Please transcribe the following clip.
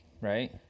right